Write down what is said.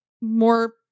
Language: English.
more